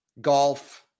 golf